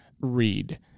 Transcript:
read